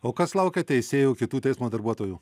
o kas laukia teisėjų kitų teismo darbuotojų